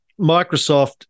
Microsoft